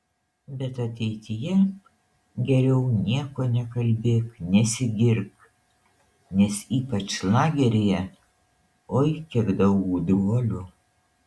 bet ateityje geriau nieko nekalbėk nesigirk nes ypač lageryje oi kiek daug gudruolių